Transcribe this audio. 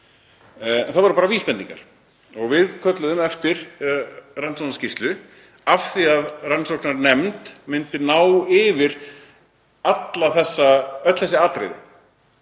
En það voru bara vísbendingar. Við kölluðum eftir rannsóknarskýrslu af því að rannsóknarnefnd myndi ná yfir öll þessi atriði.